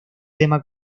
tema